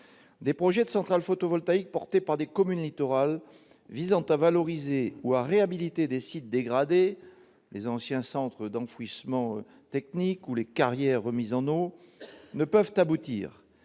Des projets de centrales photovoltaïques portés par des communes littorales, visant à valoriser ou réhabiliter des sites dégradés- anciens centres d'enfouissement technique ou carrières remises en eau -, ne peuvent aboutir,